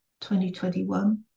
2021